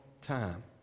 time